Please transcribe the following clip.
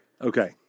Okay